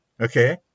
Okay